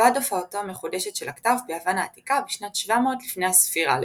ועד הופעתו המחודשת של הכתב ביוון העתיקה בשנת 700 לפני הספירה לערך.